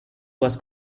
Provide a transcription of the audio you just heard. was